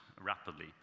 rapidly